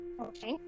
Okay